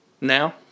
Now